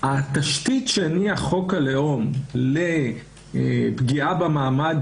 התשתית שהניח חוק הלאום לפגיעה במעמד